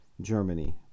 Germany